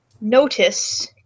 notice